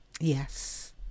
Yes